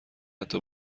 حتا